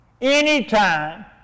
anytime